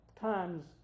times